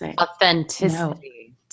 authenticity